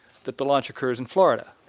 that the launch occurs in florida.